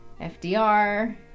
FDR